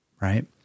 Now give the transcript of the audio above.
right